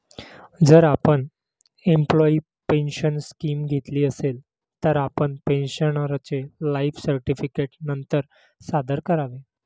जर आपण employee pension scheme घेतली असेल, तर आपण पेन्शनरचे लाइफ सर्टिफिकेट नंतर सादर करावे